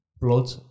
blood